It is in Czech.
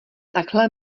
takhle